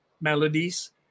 melodies